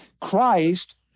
Christ